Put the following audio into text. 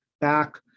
back